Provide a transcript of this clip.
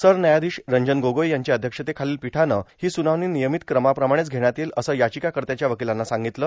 सरन्यायाधीश रंजन गोगोई यांच्या अध्यक्षतेखालील पीठानं ही सुनावणी नियमित कमाप्रमाणेच घेण्यात येईल असं याचिकाकर्त्याच्या वकिलांना सांगितलं